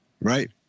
Right